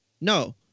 No